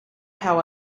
how